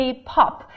K-pop